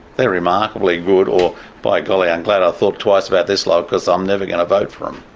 they're remarkably good or, by golly, i'm glad i thought twice about this lot, cos i'm never going to vote for them.